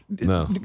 No